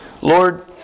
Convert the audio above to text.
Lord